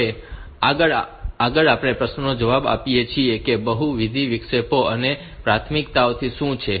હવે આગળ આપણે પ્રશ્નનો જવાબ આપીએ છીએ કે બહુવિધ વિક્ષેપો અને તેની પ્રાથમિકતાઓ શું છે